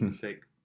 take